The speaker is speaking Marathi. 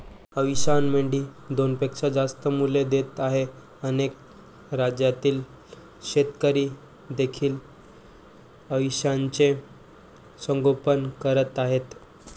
अविशान मेंढी दोनपेक्षा जास्त मुले देत आहे अनेक राज्यातील शेतकरी देखील अविशानचे संगोपन करत आहेत